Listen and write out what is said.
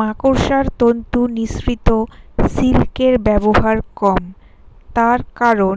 মাকড়সার তন্তু নিঃসৃত সিল্কের ব্যবহার কম, তার কারন